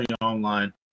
online